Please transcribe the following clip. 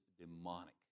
demonic